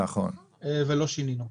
ולא שינינו.